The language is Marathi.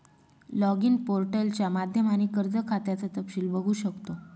लॉगिन पोर्टलच्या माध्यमाने कर्ज खात्याचं तपशील बघू शकतो